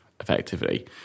effectively